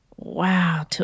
Wow